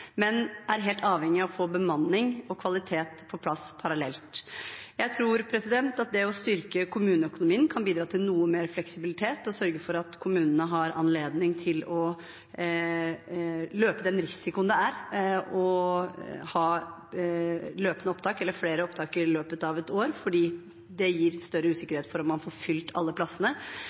men er helt avhengig av å få bemanning og kvalitet på plass parallelt. Jeg tror at det å styrke kommuneøkonomien kan bidra til noe mer fleksibilitet og sørge for at kommunene har anledning til å løpe den risikoen det er å ha løpende opptak eller flere opptak i løpet av et år, fordi det gir større usikkerhet for om man får fylt alle plassene.